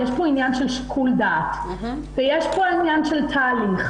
יש פה עניין של שיקול דעת ויש פה עניין של תהליך,